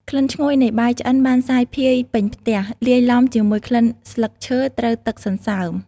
ក្លិនឈ្ងុយនៃបាយឆ្អិនបានសាយភាយពេញផ្ទះ លាយឡំជាមួយក្លិនស្លឹកឈើត្រូវទឹកសន្សើម។